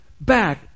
back